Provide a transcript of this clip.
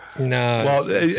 No